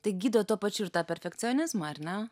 tai gydo tuo pačiu ir tą perfekcionizmą ar ne